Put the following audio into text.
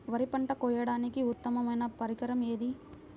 వరి పంట కోయడానికి ఉత్తమ పరికరం ఏది?